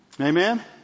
Amen